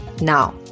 Now